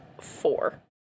Four